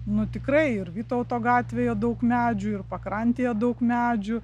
nu tikrai ir vytauto gatvėje daug medžių ir pakrantėje daug medžių